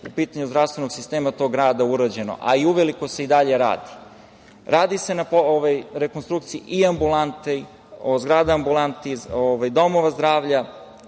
po pitanju zdravstvenog sistema tog grada, urađeno, a i uveliko se i dalje radi. Radi se na rekonstrukciji i ambulanti, zgrada ambulanti, domova zdravlja,